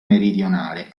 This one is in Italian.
meridionale